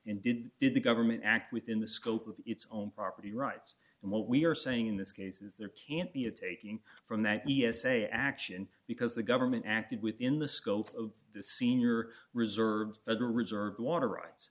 and did did the government act within the scope of its own property rights and what we are saying in this case is there can't be a taking from the e s a action because the government acted within the scope of the senior reserves federal reserve water ri